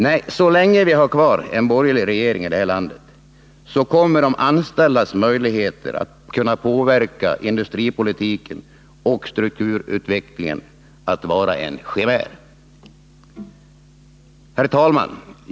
Nej, så länge vi har kvar en borgerlig regering i detta land kommer de anställdas möjligheter att påverka industripolitiken och strukturutvecklingen att vara en chimär. Herr talman!